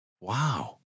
Wow